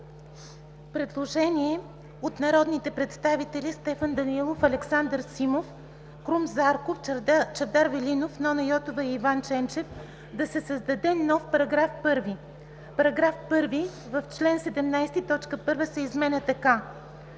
Предложение от народните представители Стефан Данаилов, Александър Симов, Крум Зарков, Чавдар Велинов, Нона Йотова и Иван Ченчев – да се създаде нов § 1: „§ 1. В чл. 17 т. 1 се изменя така: